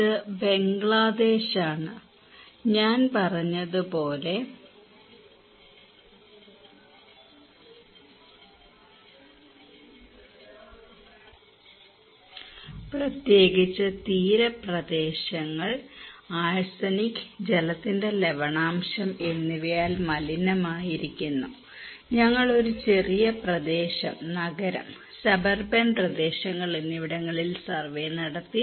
ഇത് ബംഗ്ലാദേശാണ് ഞാൻ പറഞ്ഞത് പോലെ ആഴ്സനിക് പ്രത്യേകിച്ച് തീരപ്രദേശങ്ങൾ ജലത്തിന്റെ ലവണാംശം എന്നിവയാൽ മലിനമായിരിക്കുന്നു ഞങ്ങൾ ഒരു ചെറിയ പ്രദേശം നഗരം സബർബൻ പ്രദേശങ്ങൾ എന്നിവിടങ്ങളിൽ സർവേ നടത്തി